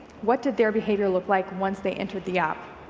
what did their behavior look like once they entered the app?